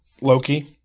Loki